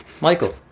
Michael